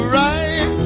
right